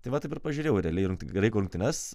tai va taip ir pažiūrėjau realiai graikų rungtynes